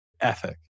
ethic